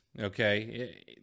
okay